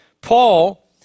Paul